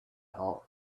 hot